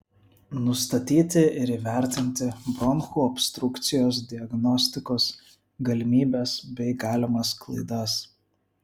nustatyti ir įvertinti bronchų obstrukcijos diagnostikos galimybes bei galimas klaidas